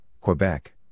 Quebec